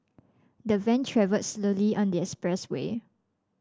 the van travelled slowly on the expressway